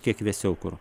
kiek vėsiau kur